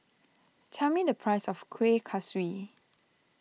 tell me the price of Kuih Kaswi